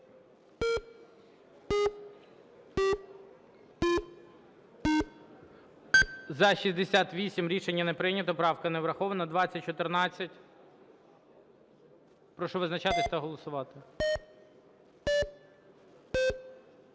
За-68 Рішення не прийнято. Правка не врахована. 2014. Прошу визначатись та голосувати.